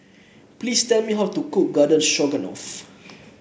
please tell me how to cook Garden Stroganoff